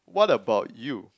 what about you